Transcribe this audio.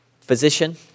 physician